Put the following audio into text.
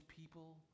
people